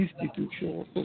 institutional